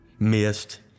Missed